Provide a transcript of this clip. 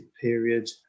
period